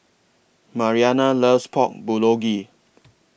Mariana loves Pork Bulgogi